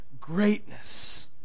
greatness